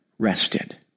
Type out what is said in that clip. Rested